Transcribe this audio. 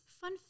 fun